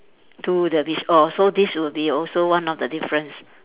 to the beach oh so this will be also one of the difference